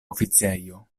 oficejo